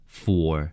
four